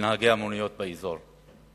ונהגי המוניות באזור,